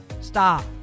Stop